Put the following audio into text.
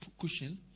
cushion